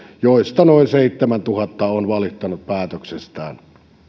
joista noin seitsemäntuhatta on valittanut päätöksestään